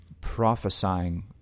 prophesying